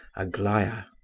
aglaya.